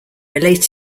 related